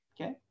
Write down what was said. Okay